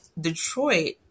Detroit